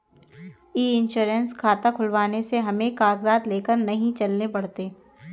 ई insurance खाता खुलवाने से हमें कागजात लेकर नहीं चलने पड़ते